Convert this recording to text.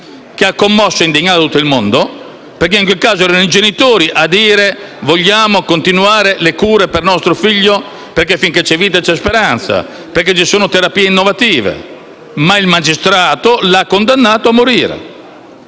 che ha commosso e indignato tutto il mondo, perché in quel caso erano i genitori a dire: vogliamo continuare le cure per nostro figlio, perché finché c'è vita c'è speranza, perché esistono terapie innovative, ma il magistrato lo ha condannato a morire.